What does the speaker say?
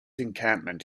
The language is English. encampment